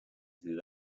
through